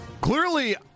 Clearly